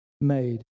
made